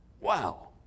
Wow